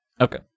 Okay